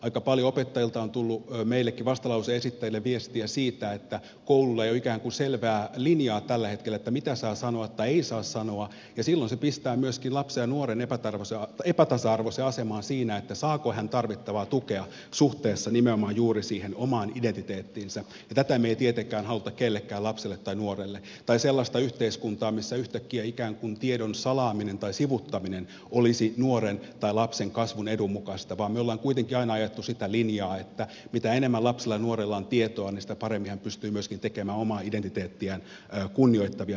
aika paljon opettajilta on tullut meillekin vastalauseen esittäjille viestiä siitä että kouluilla ei ole tällä hetkellä ikään kuin selvää linjaa mitä saa sanoa tai ei saa sanoa ja silloin se pistää myöskin lapsen ja nuoren epätasa arvoiseen asemaan siinä saako hän tarvittavaa tukea suhteessa nimenomaan juuri siihen omaan identiteettiinsä ja tätä me emme tietenkään halua kellekään lapselle tai nuorelle tai sellaista yhteiskuntaa missä yhtäkkiä tiedon salaaminen tai sivuuttaminen olisi nuoren tai lapsen kasvun ja edun mukaista vaan me olemme kuitenkin aina ajaneet sitä linjaa että mitä enemmän lapsella ja nuorella on tietoa sitä paremmin hän pystyy myöskin tekemään omaa identiteettiään kunnioittavia päätöksiä